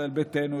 ישראל ביתנו,